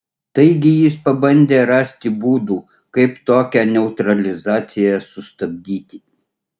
taigi jis pabandė rasti būdų kaip tokią neutralizaciją sustabdyti